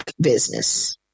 business